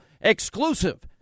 Exclusive